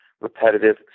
repetitive